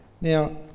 Now